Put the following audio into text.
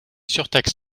surtaxe